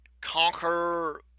conquer